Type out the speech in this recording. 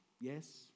Yes